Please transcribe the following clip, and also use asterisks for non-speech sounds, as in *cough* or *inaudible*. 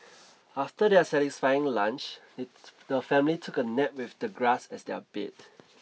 after their satisfying lunch *unintelligible* the family took a nap with the grass as their bed